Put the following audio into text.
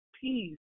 peace